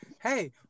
Hey